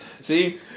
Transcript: see